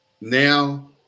now